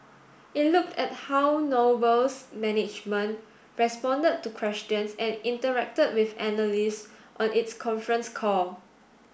it looked at how Noble's management responded to questions and interacted with analysts on its conference call